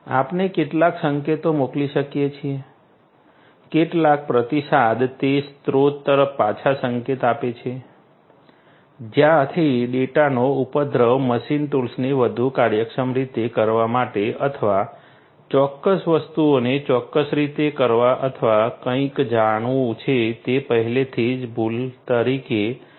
આપણે કેટલાક સંકેતો મોકલી શકીએ છીએ કેટલાક પ્રતિસાદ તે સ્ત્રોત તરફ પાછા સંકેત આપે છે જ્યાંથી ડેટાનો ઉદ્ભવ મશીન ટૂલને વધુ કાર્યક્ષમ રીતે કરવા માટે અથવા ચોક્કસ વસ્તુઓને ચોક્કસ રીતે કરવા અથવા કંઈક જાણવું છે જે પહેલેથી જ ભૂલ તરીકે કરવામાં આવ્યું છે